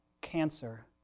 cancer